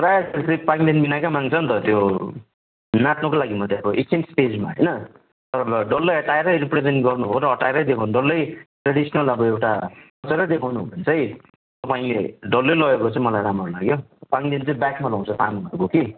प्रायःजस्तो फेरि पाङ्देन बिनाकै माग्छन् त त्यो नाच्नु लागि मात्रै अब एकछिन् स्टेजमा होइन तर डल्लै अँट्याएरै रिप्रेजेन्ट गर्नु हो र अँट्याएरै देखाउनु डल्लै ट्रेडिसनल अब एउटा देखाउनु हो भने चाहिँ तपाईँले डल्लै लगेको चाहिँ मलाई राम्रो लाग्यो पाङ्देन चाहिँ ब्याकमा लाउँछ तामाङहरूको कि